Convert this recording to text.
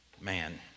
Man